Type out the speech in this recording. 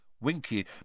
Winky